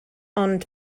ond